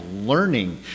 learning